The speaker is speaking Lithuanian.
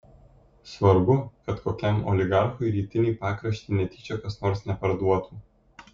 svarbu kad kokiam oligarchui rytinį pakraštį netyčia kas nors neparduotų